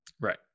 right